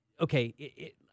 Okay